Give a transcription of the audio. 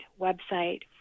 website